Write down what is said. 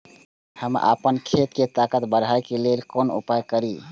हम आपन खेत के ताकत बढ़ाय के लेल कोन उपाय करिए?